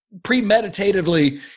premeditatively